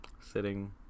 sitting